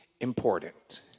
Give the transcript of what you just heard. important